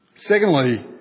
Secondly